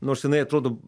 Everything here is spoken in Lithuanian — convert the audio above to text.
nors jinai atrodo